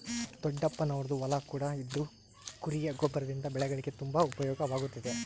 ದೊಡ್ಡಪ್ಪನವರದ್ದು ಹೊಲ ಕೂಡ ಇದ್ದು ಕುರಿಯ ಗೊಬ್ಬರದಿಂದ ಬೆಳೆಗಳಿಗೆ ತುಂಬಾ ಉಪಯೋಗವಾಗುತ್ತಿದೆ